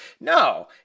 No